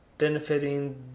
Benefiting